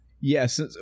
Yes